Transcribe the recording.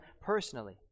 personally